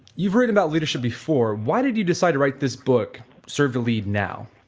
you've written about leadership before, why did you decide to write this book serve to lead now